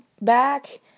back